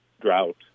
drought